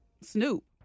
Snoop